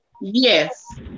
Yes